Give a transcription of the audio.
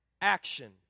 action